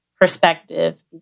perspective